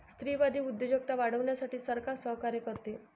स्त्रीवादी उद्योजकता वाढवण्यासाठी सरकार सहकार्य करते